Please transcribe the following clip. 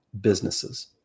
businesses